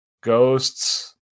ghosts